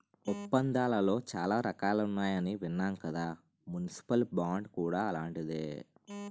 ఒప్పందాలలో చాలా రకాలున్నాయని విన్నాం కదా మున్సిపల్ బాండ్ కూడా అలాంటిదే